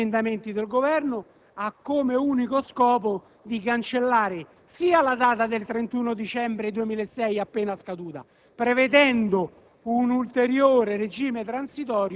il testo Lanzillotta e gli emendamenti del Governo, ha come unico scopo quello di cancellare la data del 31 dicembre 2006 appena scaduta, prevedendo